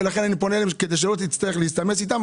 ולכן אני פונה אליהם כדי שלא תצטרך להסתמס איתם,